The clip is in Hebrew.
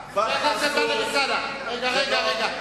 רגע.